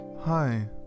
hi